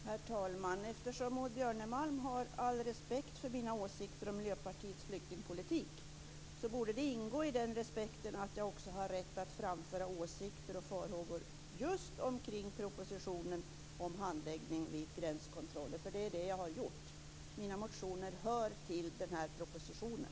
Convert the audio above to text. Herr talman! Eftersom Maud Björnemalm har all respekt för Miljöpartiets åsikter om flyktingpolitik, borde det ingå i den respekten att jag också har rätt att framföra åsikter och farhågor just om propositionen om handläggning av gränskontroller. Det är det jag har gjort. Mina motioner hör till propositionen.